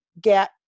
get